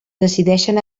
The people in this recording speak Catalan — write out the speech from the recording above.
decideixen